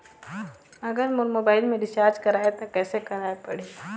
अगर मोर मोबाइल मे रिचार्ज कराए त कैसे कराए पड़ही?